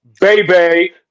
baby